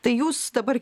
tai jūs dabar